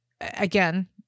again